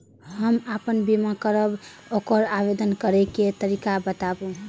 हम आपन बीमा करब ओकर आवेदन करै के तरीका बताबु?